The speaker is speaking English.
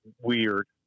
weird